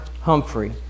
Humphrey